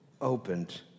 opened